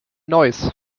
neuss